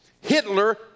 Hitler